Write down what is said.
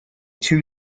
two